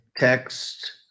Text